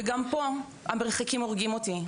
וגם פה המרחקים הורגים אותי.